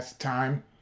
time